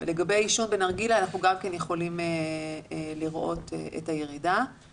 לגבי עישון בנרגילה אנחנו גם כן יכולים לראות את הירידה.